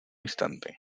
instante